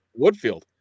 Woodfield